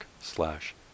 slash